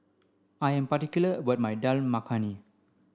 I am particular about my Dal Makhani